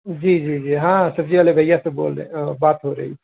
جی جی جی ہاں سبزی والے بھیا سے بول رہے بات ہو رہی